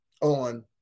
on